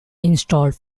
installed